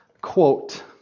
Quote